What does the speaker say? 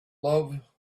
love